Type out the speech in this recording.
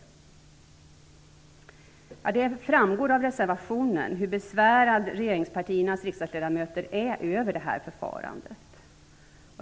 Av reservationen framgår hur besvärade regeringspartiernas riksdagsledamöter är över detta förfarande.